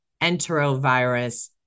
Enterovirus